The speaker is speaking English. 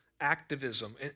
activism